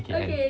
can end